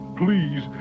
please